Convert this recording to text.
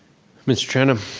mr. trenum.